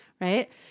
Right